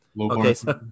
Okay